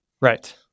Right